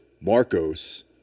Marcos